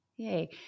Yay